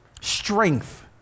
strength